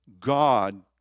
God